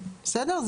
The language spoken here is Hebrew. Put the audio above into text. בסדר.